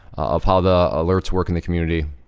of how the alerts work in the community.